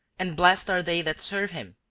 and blessed are they that serve him!